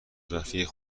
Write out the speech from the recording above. رفیق